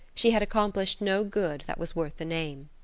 she had accomplished no good that was worth the name.